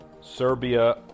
Serbia